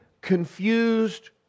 confused